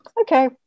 okay